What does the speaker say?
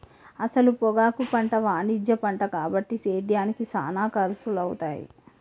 అసల పొగాకు పంట వాణిజ్య పంట కాబట్టి సేద్యానికి సానా ఖర్సులవుతాయి